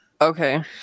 Okay